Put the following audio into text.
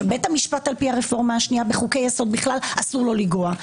בית המשפט על פי הרפורמה השנייה בחוקי-יסוד בכלל אסור לו לנגוע,